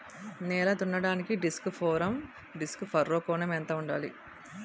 నేల దున్నడానికి disc furrow కోణం ఎంత ఉండాలి?